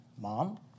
Mom